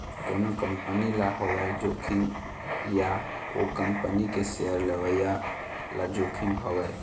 कोनो कंपनी ल होवय जोखिम या ओ कंपनी के सेयर लेवइया ल जोखिम होवय